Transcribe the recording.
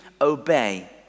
obey